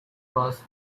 fast